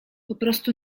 prostu